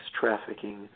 trafficking